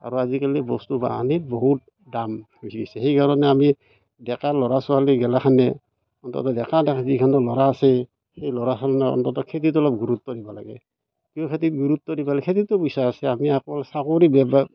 আৰু আজিকালি বস্তু বাহানিৰ বহুত দাম যি হৈছে সেইকাৰণে আমি ডেকা ল'ৰা ছোৱালীগেলাখনে অন্ততঃ ডেকা যিখিনি ল'ৰা আছে সেই ল'ৰাখিনিয়ে অন্ততঃ খেতিটো গুৰুত্ব দিব লাগে কিন্তু খেতিত গুৰুত্ব দিব লাগে খেতিটো নিচা আছে অকল চাকৰি বেব